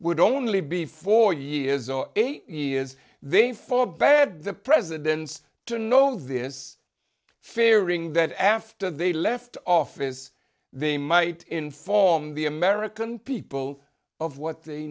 would only be four years or eight years they fought bad the president to know this fearing that after they left office they might inform the american people of what they